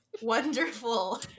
wonderful